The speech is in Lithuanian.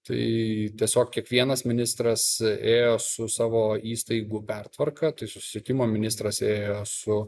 tai tiesiog kiekvienas ministras ėjo su savo įstaigų pertvarka tai susisiekimo ministras ėjo su